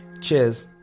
Cheers